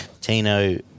Tino